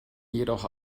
jedoch